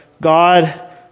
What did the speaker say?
God